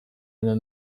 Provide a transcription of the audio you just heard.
eine